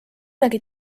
nägi